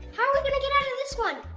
how are we gonna get out of this one?